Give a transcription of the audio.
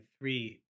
three